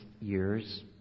years